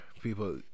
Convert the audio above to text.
people